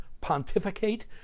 pontificate